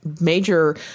major